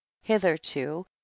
hitherto